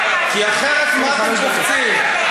כי אחרת מה אתם קופצים?